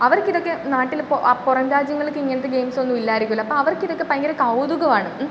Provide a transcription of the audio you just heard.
അവർക്കിതൊക്കെ നാട്ടിൽ പൊ പുറം രാജ്യങ്ങളിലൊക്കെ ഇങ്ങനത്തെ ഗെയിംസ് ഒന്നും ഇല്ലായിരിക്കുവല്ലോ അപ്പം അവർക്കിതൊക്കെ ഭയങ്കര കൗതുകവാണ്